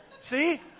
See